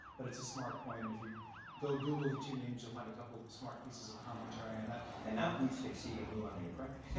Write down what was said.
but it's a smart point and if you go google the two names you'll find a couple of smart pieces of commentary on that. and now who's succeeding who on the apprentice?